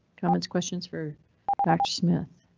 comments questions for dr smith.